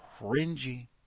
cringy